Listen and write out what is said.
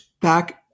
back